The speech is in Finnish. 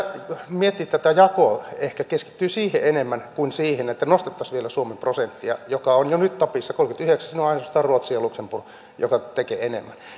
miettiä tätä jakoa ehkä keskittyä siihen enemmän kuin siihen että nostettaisiin vielä suomen prosenttia joka on jo nyt tapissa kolmekymmentäyhdeksän prosenttia siinä on ainoastaan ruotsi ja luxemburg jotka tekevät enemmän